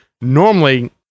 normally